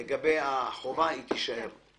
לגבי החובה, היא תישאר.